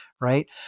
right